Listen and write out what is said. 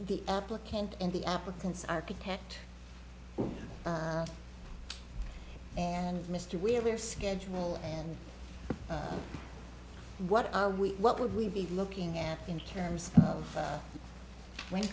the applicant and the applicants architect and mr wheeler schedule and what are we what would we be looking at in terms of when